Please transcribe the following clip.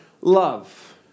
love